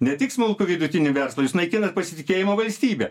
ne tik smulkų vidutinį verslą jūs naikinat pasitikėjimu valstybe